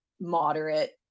moderate